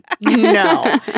No